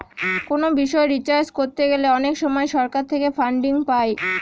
কোনো বিষয় রিসার্চ করতে গেলে অনেক সময় সরকার থেকে ফান্ডিং পাই